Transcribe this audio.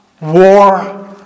war